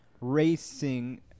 racing